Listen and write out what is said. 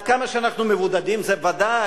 עד כמה אנחנו מבודדים זה ודאי,